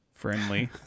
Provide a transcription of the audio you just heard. friendly